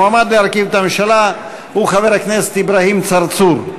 המועמד להרכיב את הממשלה הוא חבר הכנסת אברהים צרצור.